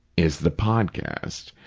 is the podcast.